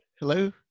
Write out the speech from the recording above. Hello